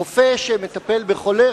רופא שמטפל בחולה,